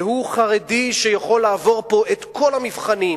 והוא חרדי שיכול לעבור פה את כל המבחנים